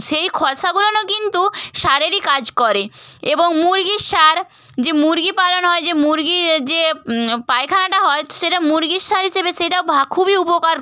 সেই খসাগুলোনও কিন্তু সারেরই কাজ করে এবং মুরগীর সার যে মুরগী পালন হয় যে মুরগী যে পায়খানাটা হয় সেটা মুরগীর সার হিসেবে সেটা ভা খুবই উপকার